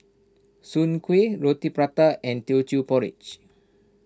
Soon Kueh Roti Prata and Teochew Porridge